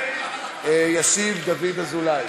ישיב דוד אזולאי.